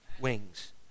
wings